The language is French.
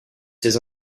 ses